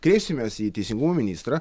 kreipsimės į teisingumo ministrą